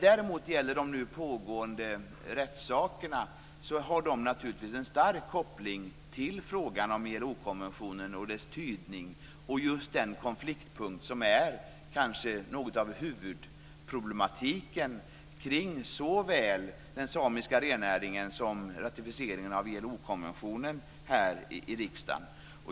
Däremot har de nu pågående rättsprocesserna naturligtvis en stark koppling till frågan om ILO konventionen och dess tydning, liksom till just den konfliktpunkt som kanske är något av huvudproblematiken kring såväl den samiska rennäringen som ratificeringen av ILO-konventionen här i riksdagen.